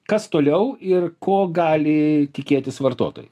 kas toliau ir ko gali tikėtis vartotojai